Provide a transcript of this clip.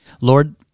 lord